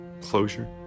closure